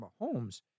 Mahomes